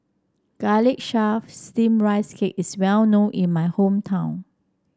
Garlic Chives Steamed Rice Cake is well known in my hometown